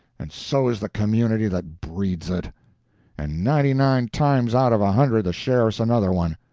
and so is the community that breeds it and ninety-nine times out of a hundred the sheriff's another one.